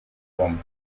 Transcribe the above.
vomiting